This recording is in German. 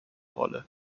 rolle